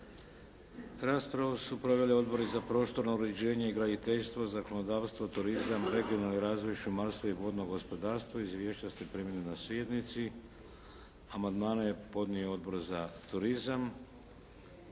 Raspravu su proveli Odbori za prostorno uređenje i graditeljstvo, zakonodavstvo, turizam, regionalni razvoj, šumarstvo i vodno gospodarstvo. Izvješća ste primili na sjednici. Amandmane je podnio Odbor za turizam.